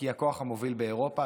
כי היא הכוח המוביל באירופה.